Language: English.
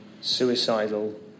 suicidal